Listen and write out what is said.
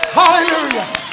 hallelujah